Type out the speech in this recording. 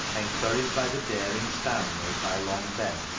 encouraged by the daring stand made by long ben,